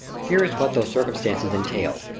here is what those circumstances entailed.